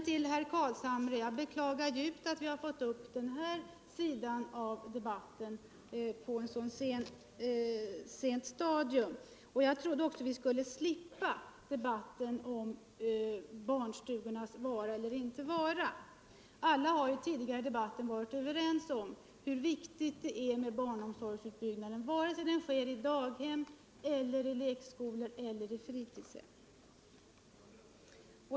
Till herr Carlshamre vill jag säga att jag djupt beklagar att den här saken kommit upp på ett så sent stadium i debatten. Jag trodde också att vi skulle slippa diskussionen om barnstugornas vara eller inte vara. Alla har tidigare i debatten varit överens om hur viktigt det är med en utbyggnad av barnomsorgen, vare sig den har formen av daghem, lekskolor eller fritidshem.